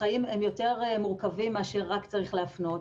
החיים הם יותר מורכבים מאשר רק צריך להפנות.